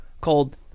called